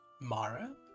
Mara